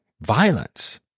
violence